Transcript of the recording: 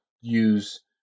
use